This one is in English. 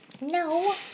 No